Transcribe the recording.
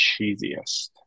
cheesiest